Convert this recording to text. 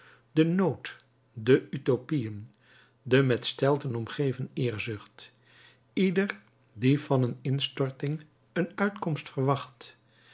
de nood de utopieën de met steilten omgeven eerzucht ieder die van een instorting een uitkomst verwacht